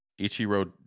Ichiro